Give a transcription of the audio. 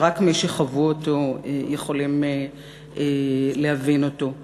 שרק מי שחוו אותו יכולים להבין אותו.